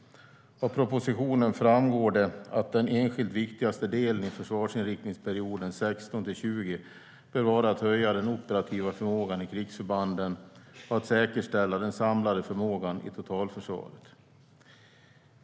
Av propositionen framgår det att den enskilt viktigaste delen i försvarsinriktningsperioden 2016-2020 bör vara att höja den operativa förmågan i krigsförbanden och att säkerställa den samlade förmågan i totalförsvaret.